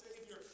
Savior